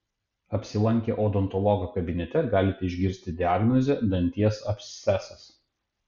apsilankę odontologo kabinete galite išgirsti diagnozę danties abscesas